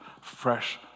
fresh